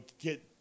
get